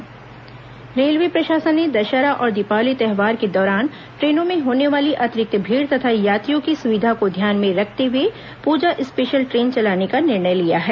special train रेलवे प्रशासन ने दशहरा और दीपावली त्यौहार के दौरान ट्रेनों में होने वाली अतिरिक्त भीड़ तथा यात्रियों की सुविधा को ध्यान में रखते हुए पूजा स्पेशल ट्रेन चलाने का निर्णय लिया है